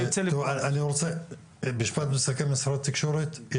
משפט מסכם, משרד התקשורת?